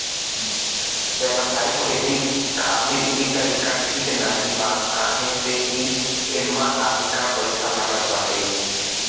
व्यावसायिक खेती खातिर इ तरीका ठीक नाही बा काहे से की एमे अधिका पईसा लागत बाटे